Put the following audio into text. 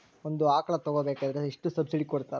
ಒಂದು ಆಕಳ ತಗೋಬೇಕಾದ್ರೆ ಎಷ್ಟು ಸಬ್ಸಿಡಿ ಕೊಡ್ತಾರ್?